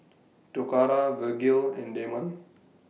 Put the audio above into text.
Toccara Vergil and Damon